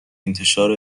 انتشار